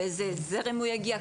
באיזה זרם הוא יגיע,